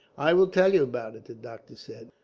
i will tell you about it, the doctor said.